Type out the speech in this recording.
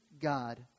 God